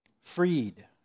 Freed